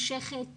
שמתמשכת